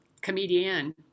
comedian